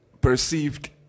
perceived